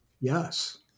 Yes